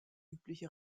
übliche